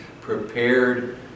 prepared